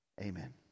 Amen